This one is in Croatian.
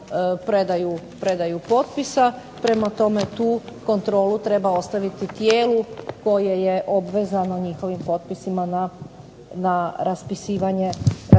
predaju potpisa. Prema tome tu kontrolu treba ostaviti tijelu koje je obvezano njihovim potpisima na raspisivanje